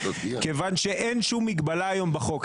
כיוון שאין שום מגבלה היום בחוק.